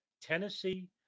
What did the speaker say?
Tennessee